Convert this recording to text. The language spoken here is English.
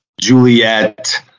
Juliet